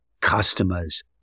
customers